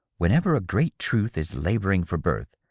whenever a great truth is laboring for birth,